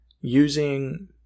using